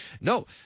No